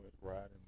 riding